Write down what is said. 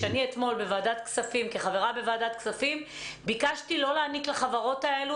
שאתמול כחברה בוועדת כספים ביקשתי לא להעניק לחברות האלה